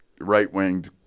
right-winged